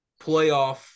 playoff